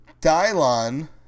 Dylon